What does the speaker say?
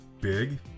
big